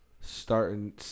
starting